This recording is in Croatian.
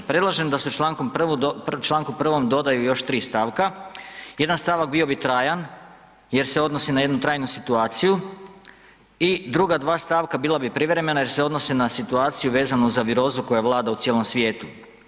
Predlažem da se čl. 1. dodaju još tri stavka, jedan stavak bio bi trajan jer se odnosi na jednu trajnu situaciju i druga dva stavka bila bi privremena jer se odnose na situaciju vezanu za virozu koja vlada u cijelom svijetu.